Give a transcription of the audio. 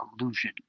illusion